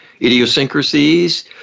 idiosyncrasies